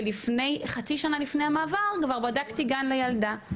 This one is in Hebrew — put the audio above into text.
ולפני חצי שנה לפני המעבר כבר בדקתי גן לילדה,